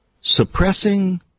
Suppressing